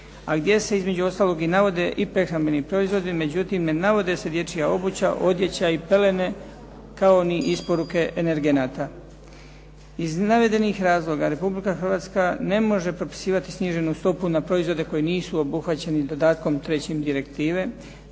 A gdje se između ostaloga i navode i prehrambeni proizvodi, međutim, ne navode se dječja obuća, odjeća i pelene kao ni isporuke energenata. Iz navedenih razloga ne može propisivati sniženu stopu na proizvode koji nisu obuhvaćeni dodatkom 3. Direktive